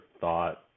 thought